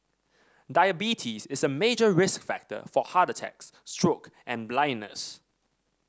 diabetes is a major risk factor for heart attacks stroke and blindness